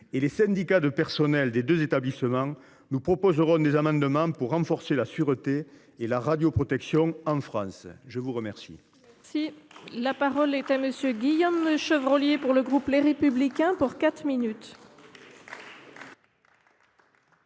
et les syndicats des deux établissements, nous proposerons des amendements pour renforcer la sûreté et la radioprotection en France. La parole